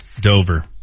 Dover